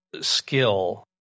skill